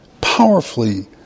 powerfully